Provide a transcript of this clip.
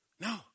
No